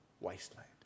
wasteland